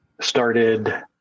Started